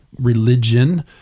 religion